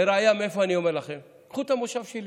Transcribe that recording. והראיה, מאיפה אני אומר לכם: קחו את המושב שלי.